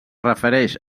refereix